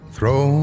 Throw